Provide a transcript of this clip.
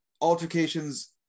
altercations